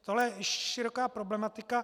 Tohle je široká problematika.